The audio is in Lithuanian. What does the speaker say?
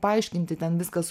paaiškinti ten viskas